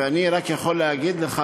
ואני רק יכול להגיד לך,